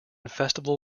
festival